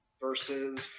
versus